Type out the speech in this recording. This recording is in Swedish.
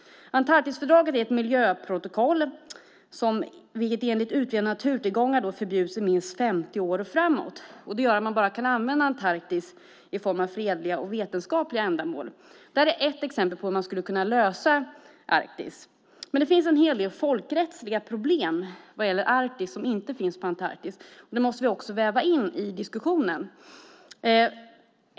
Antarktisfördraget är ett miljöprotokoll enligt vilket utvinning av naturtillgångar förbjuds i minst 50 år framåt. Det gör att man bara kan använda Antarktis till fredliga och vetenskapliga ändamål. Det är ett exempel på hur man skulle kunna lösa Arktisfrågan. Det finns dock en hel del folkrättsliga problem på Arktis som inte finns på Antarktis. Det måste vi också väva in i diskussionen.